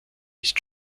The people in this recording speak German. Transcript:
ist